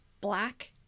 black